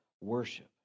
worship